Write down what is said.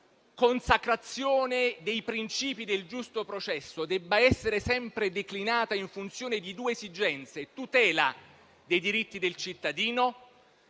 consacrazione dei principi del giusto processo - debba essere sempre declinata in funzione di due esigenze: tutela dei diritti del cittadino